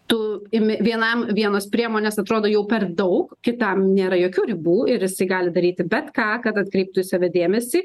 tu imi vienam vienos priemonės atrodo jau per daug kitam nėra jokių ribų ir isai gali daryti bet ką kad atkreiptų į save dėmesį